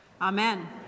Amen